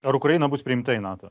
ar ukraina bus priimta į nato